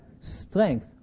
strength